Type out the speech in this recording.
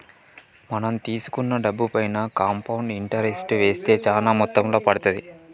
మనం తీసుకున్న డబ్బుపైన కాంపౌండ్ ఇంటరెస్ట్ వేస్తే చానా మొత్తంలో పడతాది